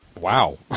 Wow